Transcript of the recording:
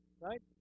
Right